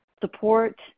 support